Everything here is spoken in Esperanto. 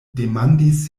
demandis